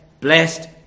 blessed